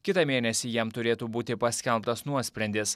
kitą mėnesį jam turėtų būti paskelbtas nuosprendis